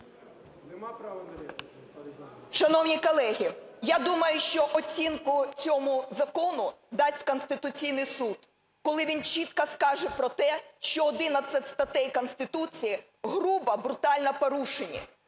Шановні колеги, я думаю, що оцінку цьому закону дасть Конституційний Суд, коли він чітко скаже про те, що 11 статей Конституції грубо, брутально порушені.